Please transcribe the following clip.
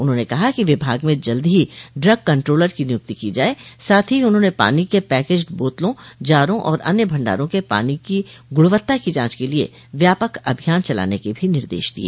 उन्होंने कहा कि विभाग में जल्द ही ड्रग कन्ट्रोलर की नियुक्ति की जाये साथ ही उन्होंने पानी के पैकेज्ड बोतलों जारों और अन्य भण्डारों के पानी की गुणवत्ता की जांच के लिए व्यापक अभियान चलाने के भी निर्देश दिय